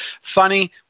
Funny